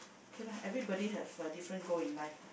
K lah everybody have a different goal in life lah